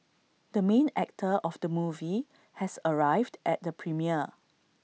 the main actor of the movie has arrived at the premiere